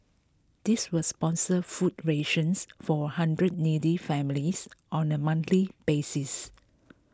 this will sponsor food rations for a hundred needy families on a monthly basis